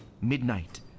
Midnight